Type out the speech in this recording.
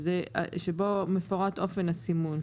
שבו מפורט אופן הסימון.